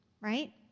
right